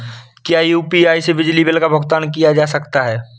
क्या यू.पी.आई से बिजली बिल का भुगतान किया जा सकता है?